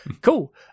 Cool